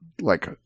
like-